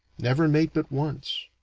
never mate but once.